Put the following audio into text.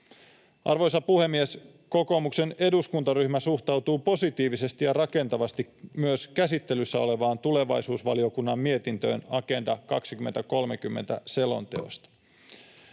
Arvoisa puhemies! Kokoomuksen eduskuntaryhmä suhtautuu positiivisesti ja rakentavasti myös käsittelyssä olevaan tulevaisuusvaliokunnan mietintöön Agenda 2030 ‑selonteosta.